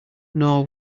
nor